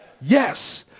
Yes